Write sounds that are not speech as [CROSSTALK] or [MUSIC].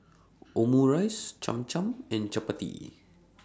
Omurice Cham Cham and Chapati [NOISE]